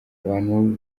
abantu